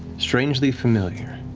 strangely familiar.